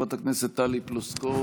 חברת הכנסת טלי פלוסקוב,